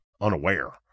unaware